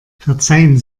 verzeihen